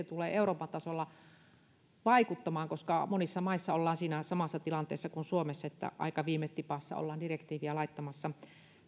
tulee euroopan tasolla vaikuttamaan koska monissa maissa ollaan siinä samassa tilanteessa kuin suomessa että aika viime tipassa ollaan direktiiviä laittamassa